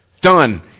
Done